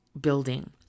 building